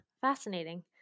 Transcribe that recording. Fascinating